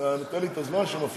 אתה נותן לי את הזמן שמפריעים לי?